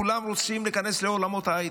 כולם רוצים להיכנס לעולמות ההייטק,